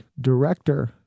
director